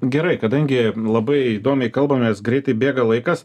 gerai kadangi labai įdomiai kalbamės greitai bėga laikas